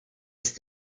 ist